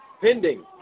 pending